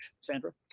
Sandra